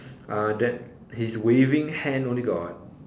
uh that his waving hand only got